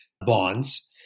bonds